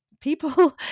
people